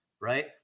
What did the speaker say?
right